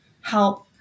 help